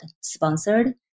sponsored